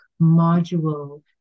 module